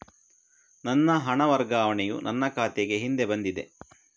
ನನ್ನ ಹಣ ವರ್ಗಾವಣೆಯು ನನ್ನ ಖಾತೆಗೆ ಹಿಂದೆ ಬಂದಿದೆ